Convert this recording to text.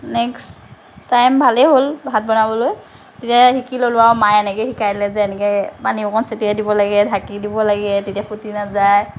next time ভালে হ'ল ভাত বনাবলৈ তেতিয়া শিকি ল'লো আৰু মায়ে এনেকৈ শিকাই দিলে যে এনেকৈ পানী অকণ ছটিয়াই দিব লাগে ঢাকি দিব লাগে তেতিয়া ফুটি নাযায়